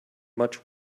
much